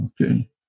Okay